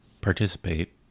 participate